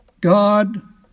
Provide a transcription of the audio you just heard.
God